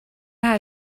how